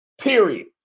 Period